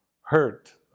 hurt